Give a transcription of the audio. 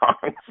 songs